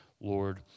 Lord